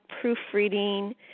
proofreading